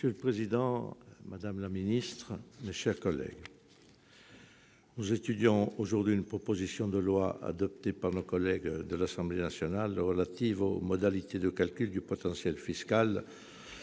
Monsieur le président, madame la secrétaire d'État, mes chers collègues, nous étudions aujourd'hui une proposition de loi adoptée par nos collègues de l'Assemblée nationale relative aux modalités de calcul du potentiel fiscal